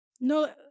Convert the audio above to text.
No